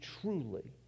truly